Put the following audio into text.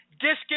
Discus